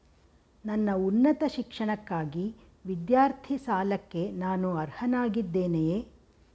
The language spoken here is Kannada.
ನನ್ನ ಉನ್ನತ ಶಿಕ್ಷಣಕ್ಕಾಗಿ ವಿದ್ಯಾರ್ಥಿ ಸಾಲಕ್ಕೆ ನಾನು ಅರ್ಹನಾಗಿದ್ದೇನೆಯೇ?